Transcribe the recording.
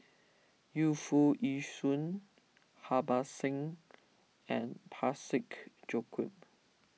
Yu Foo Yee Shoon Harbans Singh and Parsick Joaquim